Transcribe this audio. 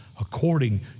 according